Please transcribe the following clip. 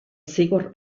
zigor